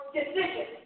decision